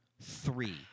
Three